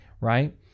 right